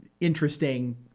interesting